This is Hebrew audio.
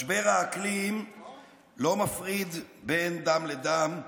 משבר האקלים לא מפריד בין דם לדם,